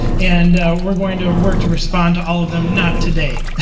and we're going to work to respond to all of them, not today.